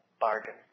bargain